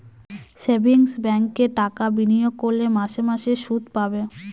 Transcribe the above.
savings ব্যাঙ্কে টাকা বিনিয়োগ করলে মাসে মাসে শুদ পাবে